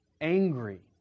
angry